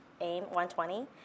AIM-120